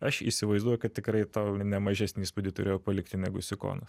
aš įsivaizduoju kad tikrai tau ne mažesnį įspūdį turėjo palikti negu sikonas